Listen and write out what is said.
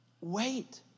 Wait